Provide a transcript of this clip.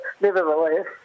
nevertheless